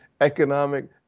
economic